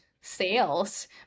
sales